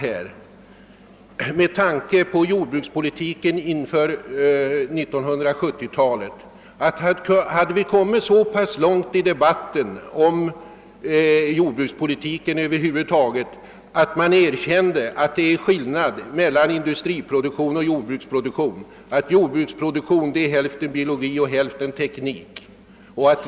Med tanke på jordbrukspolitiken inför 1970-talet borde vi ha kommit så långt i debatten att vi erkände att det är skillnad mellan industriproduktion och jordbruksproduktion, att jordbruksproduktion är hälften biologi och hälften teknik.